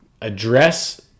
address